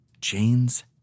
Jane's